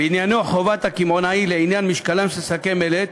ועניינו חובת הקמעונאי לעניין משקלם של שקי מלט,